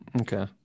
okay